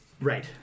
Right